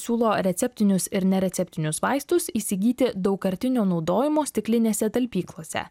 siūlo receptinius ir nereceptinius vaistus įsigyti daugkartinio naudojimo stiklinėse talpyklose